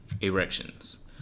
erections